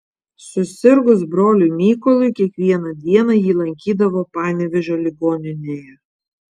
susirgus broliui mykolui kiekvieną dieną jį lankydavo panevėžio ligoninėje